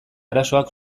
arazoak